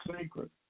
secret